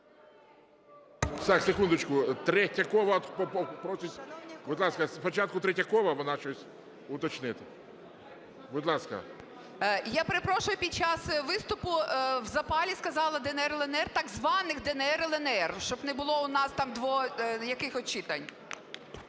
Я перепрошую, під час виступу в запалі сказала "ДНР" і "ЛНР", так званих "ДНР" і "ЛНР", щоб не було у нас там якихось читань.